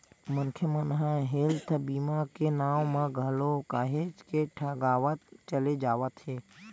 मनखे मन ह हेल्थ बीमा के नांव म घलो काहेच के ठगावत चले जावत हे